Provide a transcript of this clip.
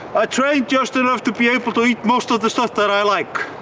ah train just enough to be able to eat most of the stuff that i like.